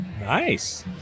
Nice